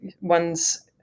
one's